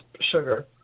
sugar